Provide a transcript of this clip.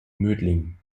mödling